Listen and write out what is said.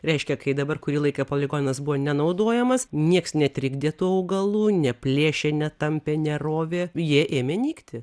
reiškia kai dabar kurį laiką poligonas buvo nenaudojamas nieks netrikdė tų augalų neplėšė netampė nerovė jie ėmė nykti